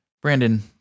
Brandon